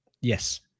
yes